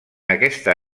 aquesta